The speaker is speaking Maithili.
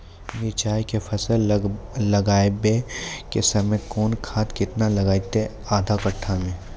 मिरचाय के फसल लगाबै के समय कौन खाद केतना लागतै आधा कट्ठा मे?